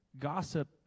gossip